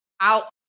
out